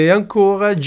ancora